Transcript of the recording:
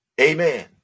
Amen